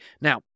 Now